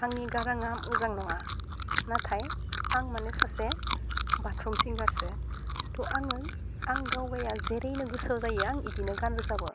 आंनि गारांआ मोजां नङा नाथाय आं माने सासे बाथरुम सिंगारसो थह आङो आं गावगाया जेरैनो गोसोआव जायो आं बिदिनो गान रोजाबो